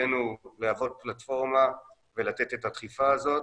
תפקידנו להוות פלטפורמה ולתת את הדחיפה הזאת,